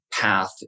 path